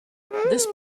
this